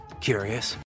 curious